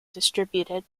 distributed